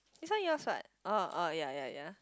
this one yours what orh orh ya ya ya